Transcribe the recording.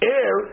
air